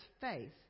faith